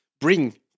bring